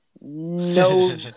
No